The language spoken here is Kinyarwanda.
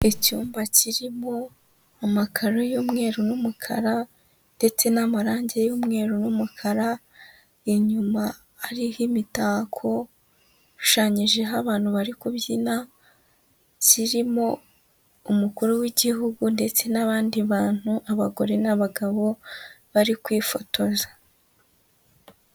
Icyumba kirimo amakaro y'umweru n'umukara ndetse n'amarangi y'umweru n'umukara, inyuma hariho imitako, hashushanyijeho abantu bari kubyina, kirimo umukuru w'igihugu ndetse n'abandi bantu, abagore n'abagabo bari kwifotoza.